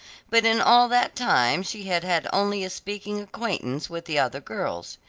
but in all that time she had had only a speaking acquaintance with the other girls.